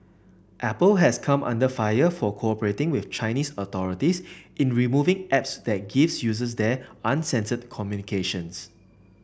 apple has come under fire for cooperating with Chinese authorities in removing apps that gives users there uncensored communications